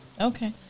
Okay